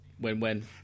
win-win